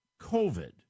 COVID